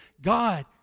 God